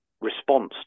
response